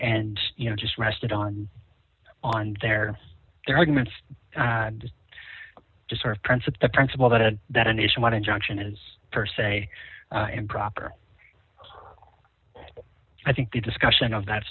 and you know just rested on on their their arguments and just sort of principle the principle that that a nationwide injunction is per se improper i think the discussion of that